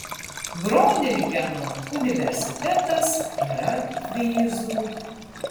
groningeno universitetas yra fryzų